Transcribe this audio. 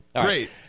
Great